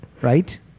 Right